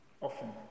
often